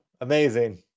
Amazing